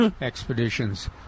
expeditions